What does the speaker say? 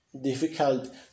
difficult